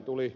tuli